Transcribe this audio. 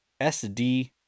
SD